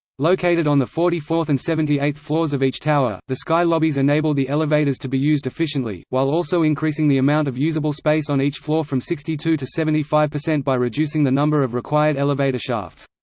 located on the forty fourth and seventy eighth floors of each tower, the sky lobbies enabled the elevators to be used efficiently, while also increasing the amount of usable space on each floor from sixty two to seventy five percent by reducing the number of required elevator shafts.